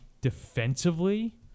Defensively